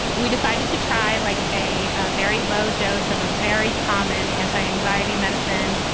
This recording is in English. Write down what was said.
we decided to try like a a very low dose of a very common antianxiety medicine.